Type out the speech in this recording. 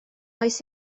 oes